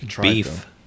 beef